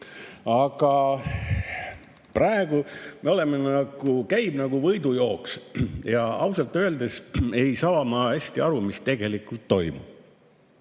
ta pärit on. Praegu käib nagu võidujooks ja ausalt öeldes ei saa ma hästi aru, mis tegelikult toimub.